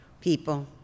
People